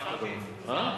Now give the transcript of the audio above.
אף אחד לא מפריע, מה?